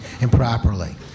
improperly